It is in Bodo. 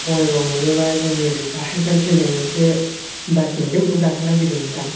बङाइगाव मोनोबा जोंनि ओरै साहाजों फैनाय मोनसे बास मोनगोन बेखौ गाखोनानै फैदो नोंथां